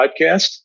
podcast